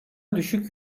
düşük